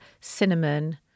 cinnamon